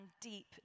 deep